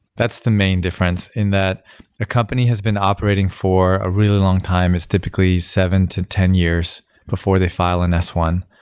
that's the main difference, and that a company has been operating for a really long time is typically seven to ten years before they file an s one.